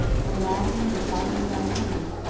or laughing and talking by turns,